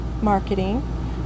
marketing